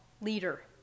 leader